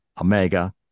Omega